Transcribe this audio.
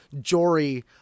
Jory